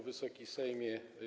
Wysoki Sejmie!